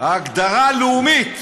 ההגדרה הלאומית,